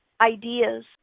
ideas